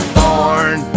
born